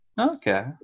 Okay